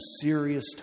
serious